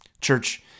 Church